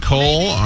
Cole